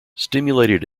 stimulated